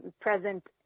present